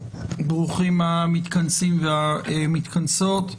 ברוכים המתכנסים והמתכנסות.